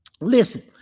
Listen